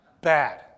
Bad